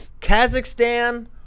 Kazakhstan